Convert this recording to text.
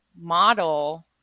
model